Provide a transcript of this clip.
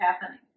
happening